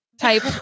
type